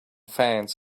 finds